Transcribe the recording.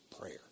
prayer